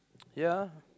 ya